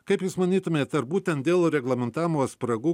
kaip jūs manytumėt ar būtent dėl reglamentavimo spragų